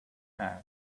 had